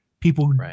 people